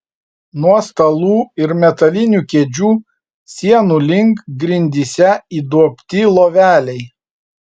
nuo stalų ir metalinių kėdžių sienų link grindyse įduobti loveliai